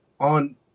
On